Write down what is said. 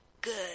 good